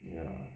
ya